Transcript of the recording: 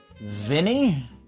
Vinny